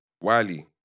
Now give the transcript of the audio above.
Wiley